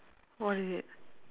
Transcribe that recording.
what is it